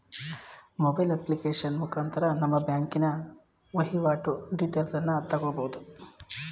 mobile application ಮುಖಾಂತರ ನಮ್ಮ ಬ್ಯಾಂಕಿನ ವೈವಾಟು ಡೀಟೇಲ್ಸನ್ನು ತಕ್ಕಬೋದು